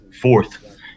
fourth